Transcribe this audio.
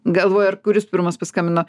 galvoju ar kuris pirmas paskambino